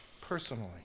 personally